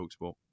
TalkSport